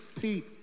Pete